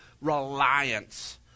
reliance